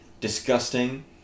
disgusting